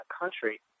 country